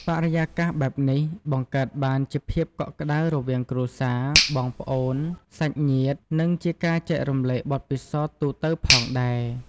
បរិយាកាសបែបនេះ បង្កើតបានជាភាពកក់ក្ដៅរវាងគ្រួសារ បងប្អូន សាច់ញាតិ និងជាការចែករំលែកបទពិសោធន៍ទូទៅផងដែរ ។